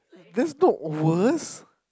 that's not worst